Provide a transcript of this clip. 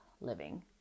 living